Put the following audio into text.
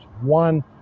One